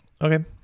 Okay